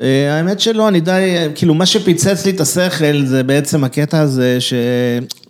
אה... האמת שלא, אני די, אה... כאילו מה שפיצץ לי את השכל זה בעצם הקטע הזה ש...